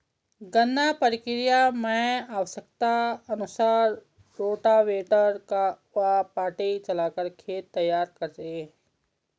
गन्ना प्रक्रिया मैं आवश्यकता अनुसार रोटावेटर व पाटा चलाकर खेत तैयार करें